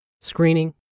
screening